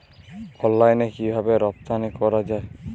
অনলাইনে কিভাবে রপ্তানি করা যায়?